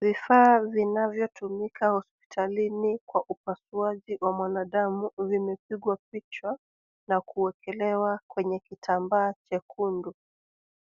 Vifaa vinavyotumika hospitalini kwa upasuaji wa mwanadamu vimepigwa picha na kuwekelewa kwenye kitambaa chekundu.